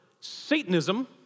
Satanism